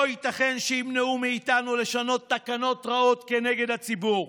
לא ייתכן שימנעו מאיתנו לשנות תקנות רעות כנגד הציבור.